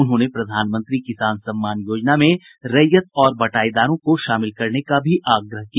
उन्होंने प्रधानमंत्री किसान सम्मान योजना मे रैयत और बटाईदारों को शामिल करने का भी आग्रह किया